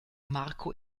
marco